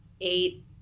eight